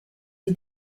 die